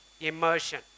immersion